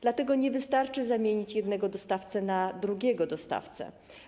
Dlatego nie wystarczy zamienić jednego dostawcy na drugiego dostawcę.